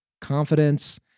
confidence